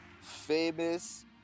Famous